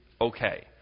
okay